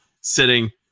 sitting